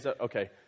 Okay